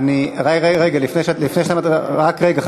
היושב-ראש רגע, לפני שאתה מדבר, רק רגע,